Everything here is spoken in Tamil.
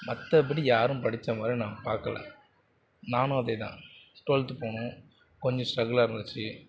மற்றபடி யாரும் படித்த மாதிரி நான் பார்க்கல நானும் அதே தான் டுவெல்த்து போனோம் கொஞ்சம் ஸ்டரகிளாக இருந்துச்சு